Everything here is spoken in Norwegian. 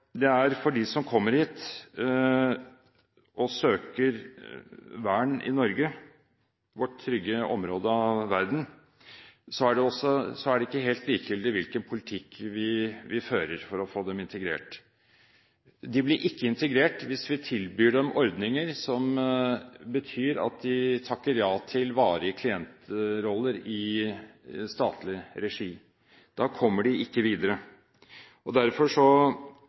for dem som kommer hit og søker vern i Norge – vårt trygge område i verden – er det ikke helt likegyldig hvilken politikk vi fører for å få dem integrert. De blir ikke integrert hvis vi tilbyr dem ordninger som betyr at de takker ja til varige klientroller i statlig regi. Da kommer de ikke videre. Derfor bør man legge vekt på generelle virkemidler, som ikke atskiller seg så